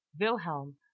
Wilhelm